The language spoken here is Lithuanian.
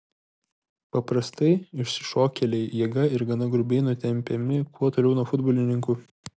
paprastai išsišokėliai jėga ir gana grubiai nutempiami kuo toliau nuo futbolininkų